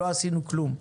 לא עשינו כלום.